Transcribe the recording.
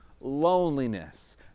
loneliness